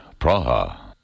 Praha